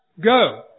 Go